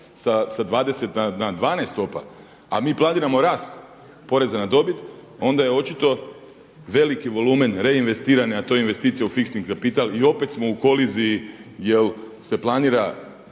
sa 20 na 12 stopa, a mi planiramo rast poreza na dobit onda je očito veliki volumen reinvestirane a to je investicija u fiksni kapital i opet smo u koliziji jel se planira